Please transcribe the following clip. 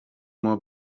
more